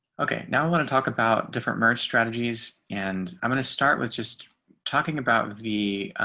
okay, now i want to talk about different merge strategies and i'm going to start with just talking about the